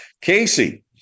Casey